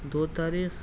دو تاریخ